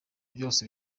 byose